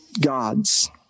God's